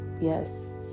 yes